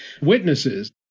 witnesses